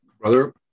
Brother